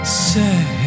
say